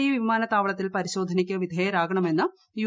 ജൂ വിമാനത്താവളത്തിൽ പരിശോധനയ്ക്ക് വിധേയരാകണ്മെന്ന് യു